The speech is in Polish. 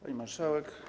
Pani Marszałek!